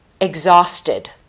exhausted